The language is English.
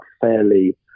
fairly